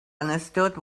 understood